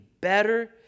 better